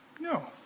No